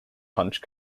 punch